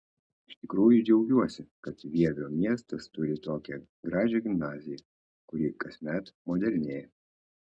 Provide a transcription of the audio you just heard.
iš tikrųjų džiaugiuosi kad vievio miestas turi tokią gražią gimnaziją kuri kasmet modernėja